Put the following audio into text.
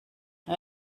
now